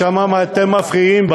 שם אתם מפריעים,